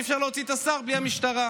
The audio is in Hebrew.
אי-אפשר להוציא את השר בלי המשטרה.